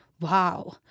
Wow